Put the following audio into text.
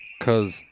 Cause